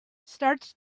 starts